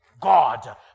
God